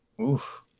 Oof